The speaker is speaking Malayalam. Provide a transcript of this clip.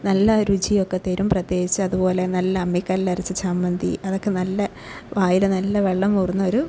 നല്ല രുചിയൊക്കെ തരും പ്രത്യേകിച്ച് അതുപോലെ നല്ല അമ്മിക്കല്ലിൽ അരച്ച ചമ്മന്തി അതൊക്കെ നല്ല വായിൽ നല്ല വെള്ളം ഊറൂന്ന ഒരു